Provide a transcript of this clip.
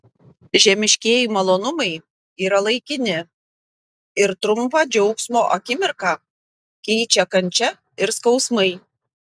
žemiškieji malonumai yra laikini ir trumpą džiaugsmo akimirką keičia kančia ir skausmai